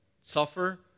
suffer